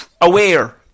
aware